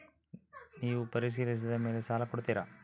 ನೇವು ಪರಿಶೇಲಿಸಿದ ಮೇಲೆ ಸಾಲ ಕೊಡ್ತೇರಾ?